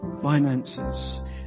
finances